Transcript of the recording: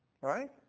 right